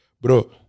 Bro